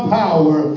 power